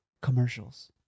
Commercials